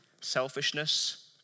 selfishness